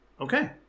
Okay